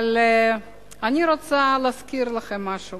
אבל אני רוצה להזכיר לכם משהו